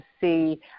see